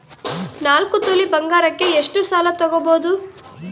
ನಾಲ್ಕು ತೊಲಿ ಬಂಗಾರಕ್ಕೆ ಎಷ್ಟು ಸಾಲ ತಗಬೋದು?